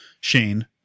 Shane